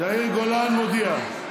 יאיר גולן מודיע.